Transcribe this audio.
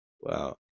Wow